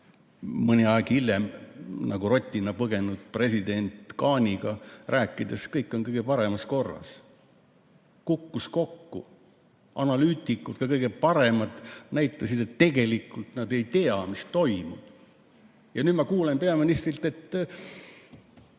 mõni aeg hiljem rotina põgenenud president Khaniga rääkis, nagu kõik [oleks] kõige paremas korras. Kukkus kokku! Analüütikud, ka kõige paremad, näitasid, et tegelikult nad ei tea, mis toimub. Ja nüüd ma kuulen peaministrilt, et